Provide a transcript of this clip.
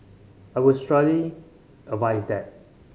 I would strongly advise that